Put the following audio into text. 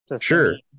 Sure